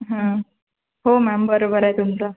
हो मॅम बरोबर आहे तुमचं